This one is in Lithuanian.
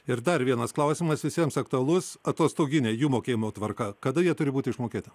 ir dar vienas klausimas visiems aktualus atostoginiai jų mokėjimo tvarka kada jie turi būti išmokėti